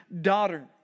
daughter